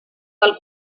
del